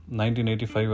1985